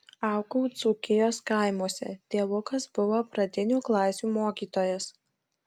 augau dzūkijos kaimuose tėvukas buvo pradinių klasių mokytojas